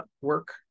work